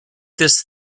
this